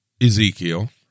Ezekiel